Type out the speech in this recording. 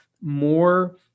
more